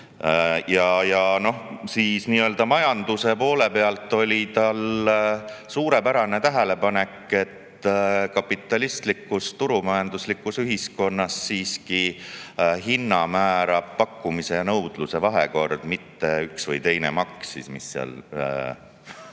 kaasas. Ja noh, majanduse poole pealt oli tal suurepärane tähelepanek, et kapitalistlikus turumajanduslikus ühiskonnas määrab hinna siiski pakkumise ja nõudluse vahekord, mitte üks või teine maks, mis puu-